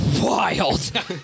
wild